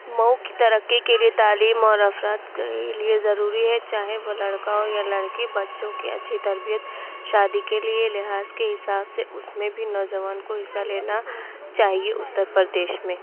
مئو کی ترقی کے لیے تعلیم اور افراد کے لیے ضروری ہے چاہے وہ لڑکا ہو یا لڑکی بچوں کی اچھی تربیت شادی کے لیے لحاظ کے حساب سے اُس میں بھی نوجوان کو حصّہ لینا چاہیے اُتر پردیش میں